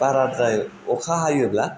बाराद्राय अखा हायोब्ला